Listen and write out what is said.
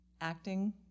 acting